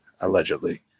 allegedly